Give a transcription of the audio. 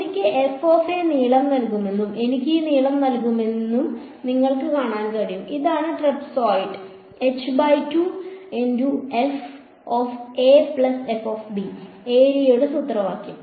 എനിക്ക് നീളം നൽകുമെന്നും എനിക്ക് ഈ നീളം നൽകുമെന്നും നിങ്ങൾക്ക് കാണാൻ കഴിയും ഇതാണ് ട്രപസോയിഡ് ഏരിയയുടെ സൂത്രവാക്യം ശരി